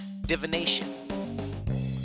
divination